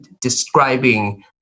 describing